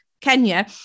Kenya